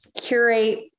curate